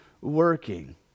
working